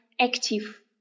active